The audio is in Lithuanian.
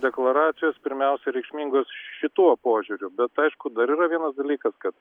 deklaracijos pirmiausia reikšmingos šituo požiūriu bet aišku dar yra vienas dalykas kad